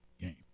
game